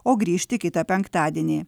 o grįžti kitą penktadienį